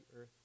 earth